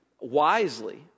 wisely